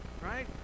Right